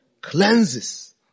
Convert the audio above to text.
cleanses